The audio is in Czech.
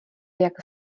jak